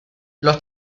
los